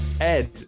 Ed